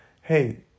hey